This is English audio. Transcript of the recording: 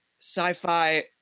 sci-fi